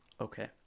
Okay